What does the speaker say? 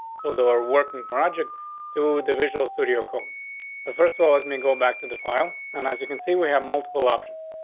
so there are working projects to individual studio code. the first of all, let me go back to the file. and as you can see, we have multiple options.